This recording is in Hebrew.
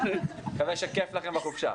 מקווה שכיף לכן בחופשה.